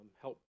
help